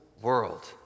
world